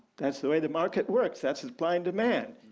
that's the way the market works. that's supply and demand.